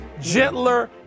gentler